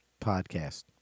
podcast